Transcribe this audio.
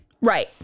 Right